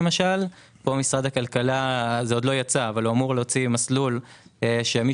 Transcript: משרד הכלכלה אמור להוציא זה עוד לא יצא - מסלול שמי